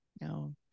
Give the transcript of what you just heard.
No